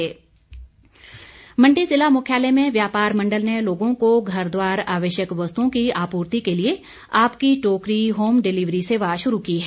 home delivery Mandi ज़िला मुख्यालय में व्यापार मण्डल ने लोगों को घरद्वार आवश्यक वस्तुओं की आपूर्ति के लिए आपकी टोकरी होम डिलीवरी सेवा शुरू की है